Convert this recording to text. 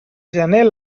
gener